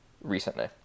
recently